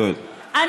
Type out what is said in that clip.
חבר הכנסת חסון.